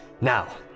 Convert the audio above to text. Now